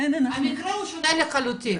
המקרה הוא שונה לחלוטין.